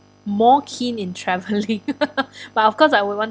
more keen in travelling but of course I would want